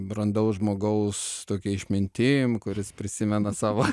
brandaus žmogaus tokia išmintim kuris prisimena savo